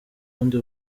ubundi